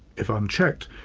if unchecked,